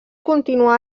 continuà